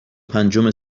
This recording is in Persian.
پنجم